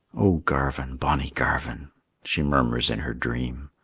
o garvin, bonny garvin she murmurs in her dream,